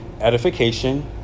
Edification